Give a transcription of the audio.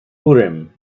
urim